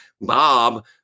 Bob